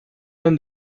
and